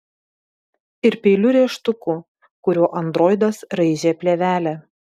ir peiliu rėžtuku kuriuo androidas raižė plėvelę